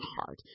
heart